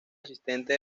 asistente